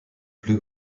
plus